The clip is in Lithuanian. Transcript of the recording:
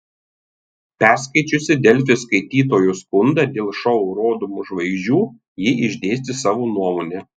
perskaičiusi delfi skaitytojo skundą dėl šou rodomų žvaigždžių ji išdėstė savo nuomonę